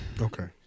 Okay